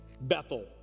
Bethel